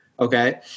Okay